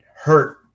hurt